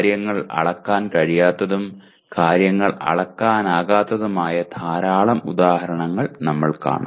കാര്യങ്ങൾ അളക്കാൻ കഴിയാത്തതും കാര്യങ്ങൾ അളക്കാനാകാത്തതുമായ ധാരാളം ഉദാഹരണങ്ങൾ നമ്മൾ കാണും